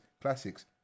classics